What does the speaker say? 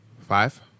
Five